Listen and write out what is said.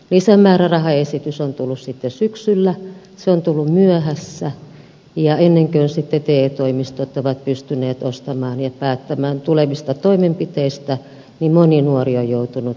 lisämäärärahaesitys on tullut sitten syksyllä se on tullut myöhässä ja ennen kuin sitten te toimistot ovat pystyneet ostamaan ja päättämään tulevista toimenpiteistä moni nuori on joutunut odottamaan